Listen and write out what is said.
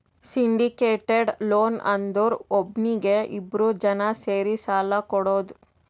syndicated loan ಅಂದುರ್ ಒಬ್ನೀಗಿ ಇಬ್ರು ಜನಾ ಸೇರಿ ಸಾಲಾ ಕೊಡೋದು